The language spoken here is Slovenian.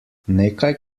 nekaj